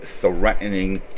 threatening